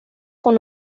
con